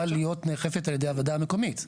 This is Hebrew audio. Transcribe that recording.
להיות נאכפת על ידי הוועדה המקומית.